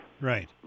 right